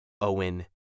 Owen